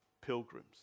pilgrims